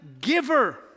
giver